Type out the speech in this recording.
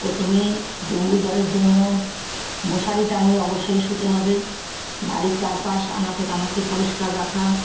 প্রথমেই ডেঙ্গু জ্বরের জন্য মশারি টাঙিয়ে অবশ্যই শুতে হবে বাড়ির চারপাশ আনাচে কানাচে পরিষ্কার রাখা